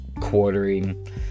quartering